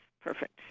perfect